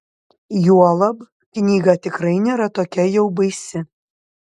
juolab knyga tikrai nėra tokia jau baisi